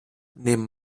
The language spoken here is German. nehmen